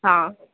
ہاں